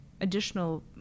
additional